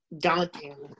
daunting